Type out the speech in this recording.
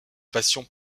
passion